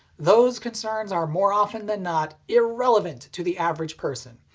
those concerns are more often than not irrelevant to the average person.